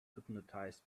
hypnotized